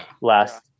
last